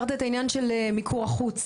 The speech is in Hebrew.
של מיקור חוץ